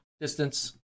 distance